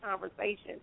conversation